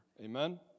Amen